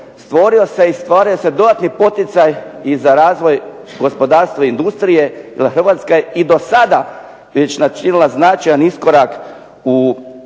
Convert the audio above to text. stvorio se i stvara se dodatni poticaj i za razvoj gospodarstva i industrije. Hrvatska je i do sada već načinila značajan iskorak u